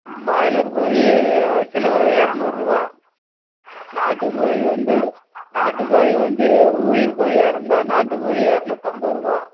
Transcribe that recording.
broiler கோழி kilo எரநூற்ருவா நாட்டுக் கோழி வந்து நாட்டுக் கோழி வந்து உயிர் கோழியாக இருந்தால் நாட்டுக் கோழி இரநூத்தம்பதுருவா